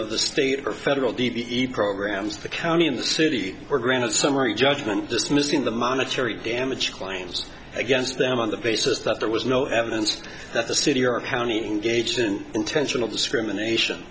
of the state or federal d d e programs the county and the city were granted summary judgment dismissing the monetary damage claims against them on the basis that there was no evidence that the city or county engaged in an intentional discrimination